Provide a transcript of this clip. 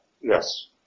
Yes